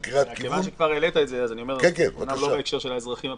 מכיוון שכבר העלית את זה אומנם זה לא בהקשר של האזרחים הפרטיים,